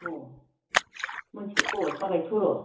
अ मोनसे अ जाबायथ' र'